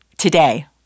Today